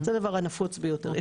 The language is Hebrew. זה הדבר הנפוץ ביותר.